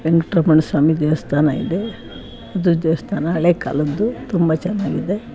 ವೆಂಕಟ್ರಮಣ ಸ್ವಾಮಿ ದೇವಸ್ಥಾನ ಇದೆ ಅದು ದೇವಸ್ಥಾನ ಹಳೆಯ ಕಾಲದ್ದು ತುಂಬ ಚೆನ್ನಾಗಿದೆ